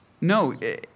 No